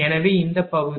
எனவே இந்த பகுதி